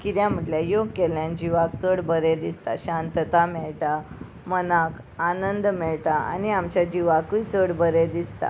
कित्या म्हटल्यार योग केल्ल्यान जिवाक चड बरें दिसता शांतता मेळटा मनाक आनंद मेळटा आनी आमच्या जिवाकूय चड बरें दिसता